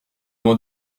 loin